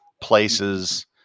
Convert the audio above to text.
places